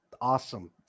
Awesome